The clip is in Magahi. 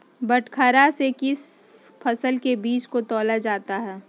बटखरा से किस फसल के बीज को तौला जाता है?